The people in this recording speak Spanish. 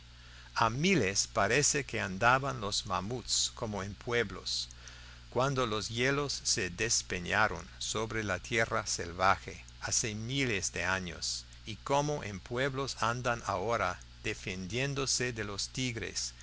a miles parece que andaban los mamuts como en pueblos cuando los hielos se despeñaron sobre la tierra salvaje hace miles de años y como en pueblos andan ahora defendiéndose de los tigres